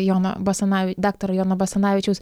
jono basanavi daktaro jono basanavičiaus